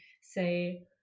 say